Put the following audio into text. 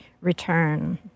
return